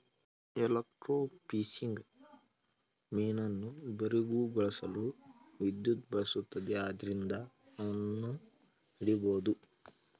electrofishing ಮೀನನ್ನು ಬೆರಗುಗೊಳಿಸಲು ವಿದ್ಯುತ್ ಬಳಸುತ್ತದೆ ಆದ್ರಿಂದ ಅವನ್ನು ಹಿಡಿಬೋದು